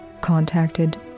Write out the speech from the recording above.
contacted